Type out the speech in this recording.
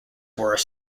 were